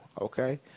okay